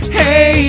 hey